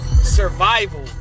Survival